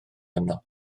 yno